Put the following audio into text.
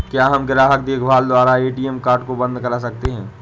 क्या हम ग्राहक देखभाल द्वारा ए.टी.एम कार्ड को बंद करा सकते हैं?